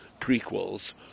prequels